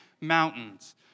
Mountains